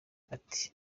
ati